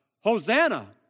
Hosanna